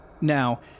Now